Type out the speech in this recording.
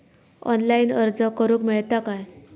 Online अर्ज करूक मेलता काय?